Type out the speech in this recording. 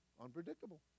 Unpredictable